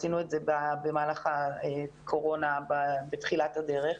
עשינו את זה במהלך הקורונה בתחילת הדרך.